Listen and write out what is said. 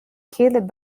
killed